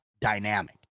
dynamic